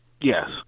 Yes